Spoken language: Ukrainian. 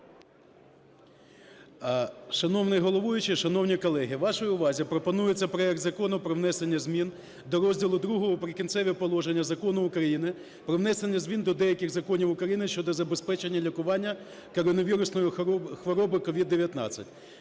Шановний головуючий, шановні колеги, вашій увазі пропонується проект Закону про внесення змін до розділу ІІ "Прикінцеві положення" Закону України "Про внесення змін до деяких законів України щодо забезпечення лікування коронавірусної хвороби (COVID-19)"